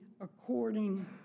according